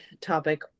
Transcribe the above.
topic